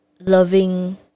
loving